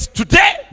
today